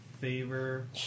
favor